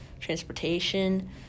transportation